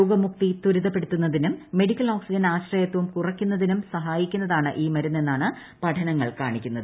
രോഗമുക്തി ത്വരിതപ്പെടുത്തുന്നതിനും medical oxygen ആശ്രയത്വം കുറയ്ക്കുന്നതിനും സഹായിക്കുന്നതാണ് ഈ മരുന്ന് എന്നാണ് പഠനങ്ങൾ കാണിക്കുന്നത്